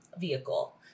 vehicle